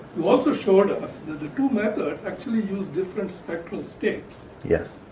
what's assured and us that the two methods actually use different spectral shticks yes.